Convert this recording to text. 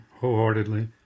wholeheartedly